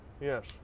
yes